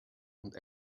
und